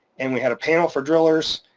and we had a panel for drillers.